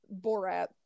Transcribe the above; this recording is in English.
Borat